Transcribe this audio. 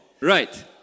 right